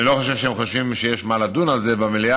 אני לא חושב שהם חושבים שיש מה לדון על זה במליאה,